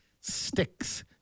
sticks